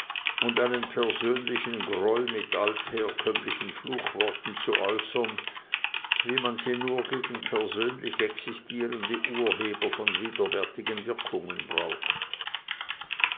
und einen persönlichen groll mit altherkömmlichen fluchworten zu äußern wie man sie nur gegen persönlich existierende urheber von widerwärtigen wirkungen braucht